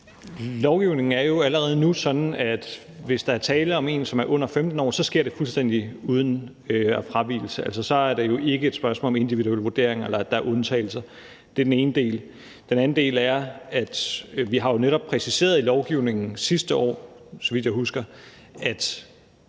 Lovgivningen er jo allerede nu sådan, at hvis der er tale om en, der er under 15 år, sker det fuldstændig uden fravigelse, altså så er det jo ikke et spørgsmål om individuel vurdering, eller at der er undtagelser. Det er den ene del. Den anden del er, at vi jo netop har præciseret i lovgivningen sidste år, så vidt jeg husker, at